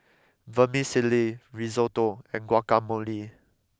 Vermicelli Risotto and Guacamole